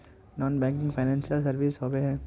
Non banking financial services होबे है?